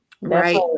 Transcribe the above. Right